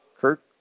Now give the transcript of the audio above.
Kirk